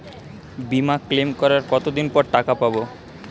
বিমা ক্লেম করার কতদিন পর টাকা পাব?